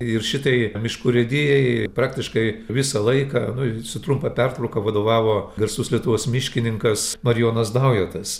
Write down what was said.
ir šitai miškų urėdijai praktiškai visą laiką nu su trumpa pertrauka vadovavo garsus lietuvos miškininkas marijonas daujotas